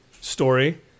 story